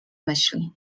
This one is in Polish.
myśli